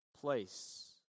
place